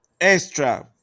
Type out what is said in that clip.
extra